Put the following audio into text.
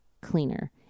cleaner